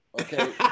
Okay